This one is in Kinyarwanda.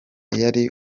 yari